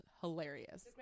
hilarious